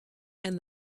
and